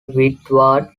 windward